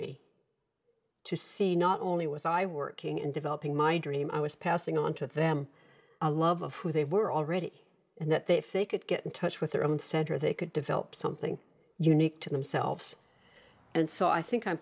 me to see not only was i working and developing my dream i was passing on to them a love of who they were already and that they if they could get in touch with their own center they could develop something unique to themselves and so i think i'm